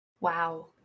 Wow